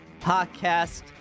podcast